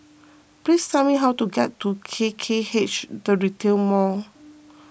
please tell me how to get to K K H the Retail Mall